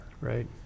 right